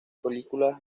películas